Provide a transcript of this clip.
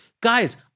Guys